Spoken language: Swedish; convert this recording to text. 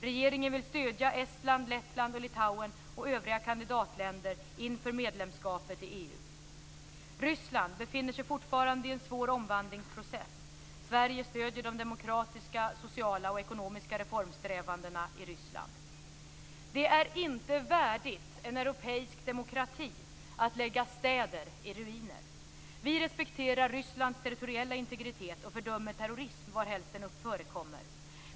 Regeringen vill stödja Estland, Lettland och Litauen och övriga kandidatländer inför medlemskapet i EU. Ryssland befinner sig fortfarande i en svår omvandlingsprocess. Sverige stöder de demokratiska, sociala och ekonomiska reformsträvandena i Ryssland. Det är inte värdigt en europeisk demokrati att lägga städer i ruiner. Vi respekterar Rysslands territoriella integritet och fördömer terrorism varhelst den förekommer.